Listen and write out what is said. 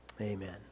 Amen